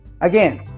again